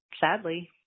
sadly